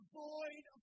Avoid